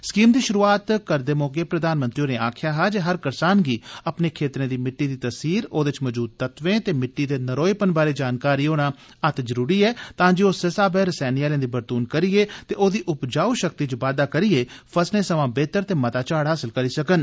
scheme दी शुरुआत करदे मौके प्रधानमंत्री होरें आक्खेआ हा जे हर करसान गी अपने खेत्तरें दी मिट्टी दी तसीर ओदे च मौजूद तत्वें ते मिट्टी दे नरोएपन बारै जानकारी होना अत्त जरुरी ऐ तां जे ओ उस्सै साब्बै रसैनी हैलें दी बरतून करिए ते ओदी उपजाऊ शक्ति च बाद्दा करिए फसलें सवां बेहतर ते मता झाड़ हासल करी सकन